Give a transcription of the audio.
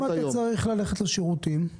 ואם אתה צריך ללכת לשירותים?